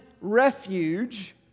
refuge